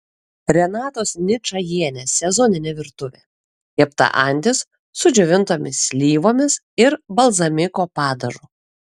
renatos ničajienės sezoninė virtuvė kepta antis su džiovintomis slyvomis ir balzamiko padažu